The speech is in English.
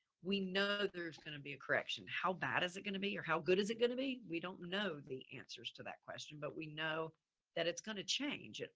we know there's going to be a correction. how bad is it going to be or how good is it going to be? we don't know the answers to that question but we know that it's going to change.